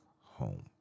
home